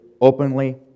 Openly